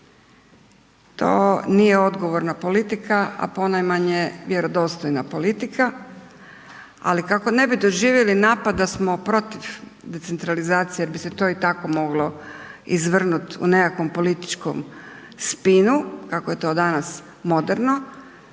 To nije odgovorna politika a ponajmanje vjerodostojna politika ali kako ne bi doživjeli napad da smo protiv decentralizacije jer bi se to i tako moglo izvrnut u nekakvom političkom spinu kako je to danas moderno,